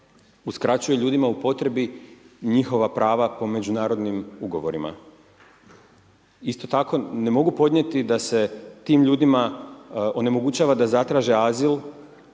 uskraćuje ljudima u potrebi njihova prava po Međunarodnim ugovorima. Isto tako, ne mogu podnijeti da se tim ljudima onemogućava da zatraže azil